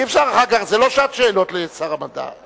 אי-אפשר אחר כך, זה לא שעת שאלות לשר המדע.